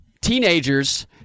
teenagers